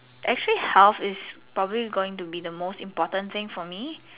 actually health is probably going to be the most important thing for me